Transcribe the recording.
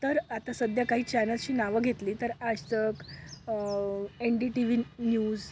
तर आता सध्या काही चॅनल्सशी नावं घेतली तर Aaj Tak N D T V न न्यूज